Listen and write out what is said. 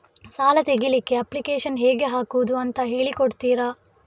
ಸಾಲ ತೆಗಿಲಿಕ್ಕೆ ಅಪ್ಲಿಕೇಶನ್ ಹೇಗೆ ಹಾಕುದು ಅಂತ ಹೇಳಿಕೊಡ್ತೀರಾ?